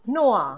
no ah